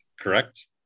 correct